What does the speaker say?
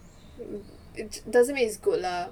it doesn't mean is good lah